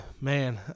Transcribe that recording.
man